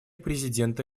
президента